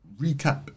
recap